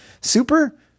Super